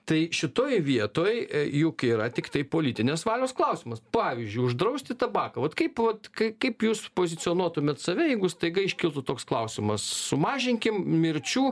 tai šitoj vietoj juk yra tiktai politinės valios klausimas pavyzdžiui uždrausti tabaką vat kaip vat kai kaip jūs pozicionuotumėt save jeigu staiga iškiltų toks klausimas sumažinkim mirčių